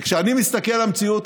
וכשאני מסתכל על המציאות,